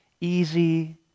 easy